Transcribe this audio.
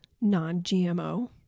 non-GMO